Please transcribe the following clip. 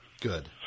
Good